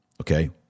Okay